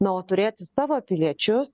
na o turėti savo piliečius